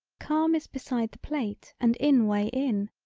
calm is beside the plate and in way in.